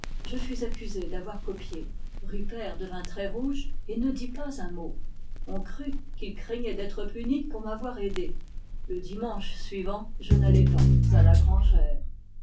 je fus accusé d'avoir copié rupert devint très rouge et ne dit pas un mot on crut qu'il craignait d'être puni pour m'avoir aidé le dimanche suivant je n'allai pas à la grangère